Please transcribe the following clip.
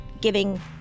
giving